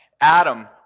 Adam